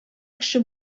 кеше